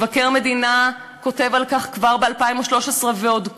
מבקר המדינה כותב על כך כבר ב-2013, ועוד קודם.